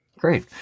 Great